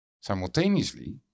simultaneously